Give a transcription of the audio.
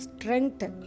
Strength